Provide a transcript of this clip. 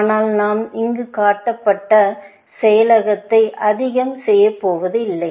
ஆனால் நாம் இங்கு கட்டுப்பாட்டு செயலாக்கத்தை அதிகம் செய்யப்போவதில்லை